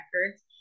records